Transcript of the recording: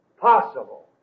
possible